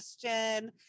question